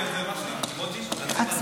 הוועדה.